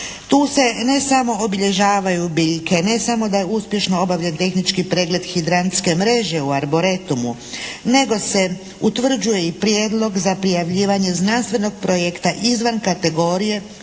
Tu se ne samo obilježavaju biljke, ne samo da je uspješno obavljen tehnički pregled hidrantske mreže u arboretumu nego se utvrđuje i prijedlog za prijavljivanje znanstvenog projekta izvan kategorije